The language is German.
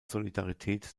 solidarität